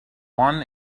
one